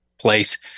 place